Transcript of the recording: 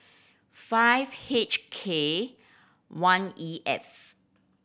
five H K one E F